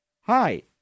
Hi